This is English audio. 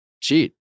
cheat